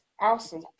Awesome